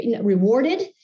rewarded